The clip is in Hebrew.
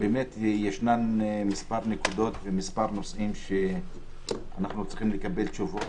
יש מספר נקודות ומספר נושאים שאנחנו צריכים לקבל עליהם תשובות,